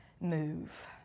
move